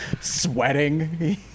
Sweating